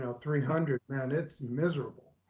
and three hundred man it's miserable.